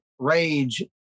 Rage